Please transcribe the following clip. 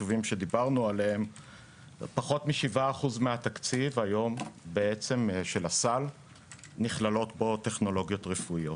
בפחות מ-7% מהתקציב של הסל נכללות טכנולוגיות רפואיות.